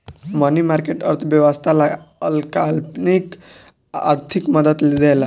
मनी market, अर्थव्यवस्था ला अल्पकालिक आर्थिक मदद देला